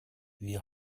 wir